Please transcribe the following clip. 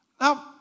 Now